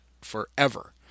forever